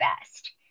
best